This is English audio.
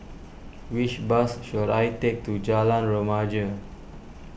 which bus should I take to Jalan Remaja